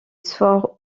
soit